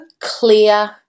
clear